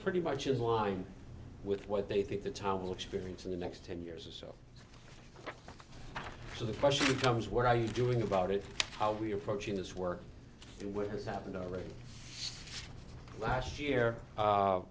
pretty much in line with what they think the tower will experience in the next ten years or so so the question becomes what are you doing about it how we're approaching this work and what has happened already last year